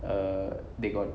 err they got